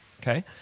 Okay